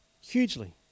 Hugely